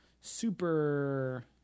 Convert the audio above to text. Super